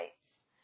rights